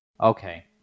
Okay